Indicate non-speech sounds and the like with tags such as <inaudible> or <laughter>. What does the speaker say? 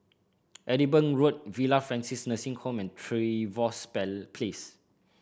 Edinburgh Road Villa Francis Nursing Home and Trevose <unintelligible> Place